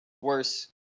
worse